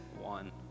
one